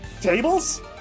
tables